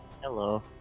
Hello